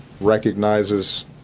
recognizes